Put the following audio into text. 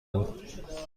بود